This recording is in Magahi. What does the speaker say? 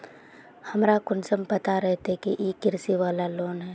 हमरा कुंसम पता रहते की इ कृषि वाला लोन है?